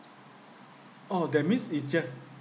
orh that means is just